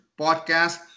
podcast